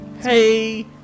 Hey